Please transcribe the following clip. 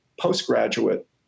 postgraduate